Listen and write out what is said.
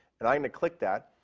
and i'm going to click that.